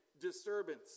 disturbance